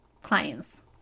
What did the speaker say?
clients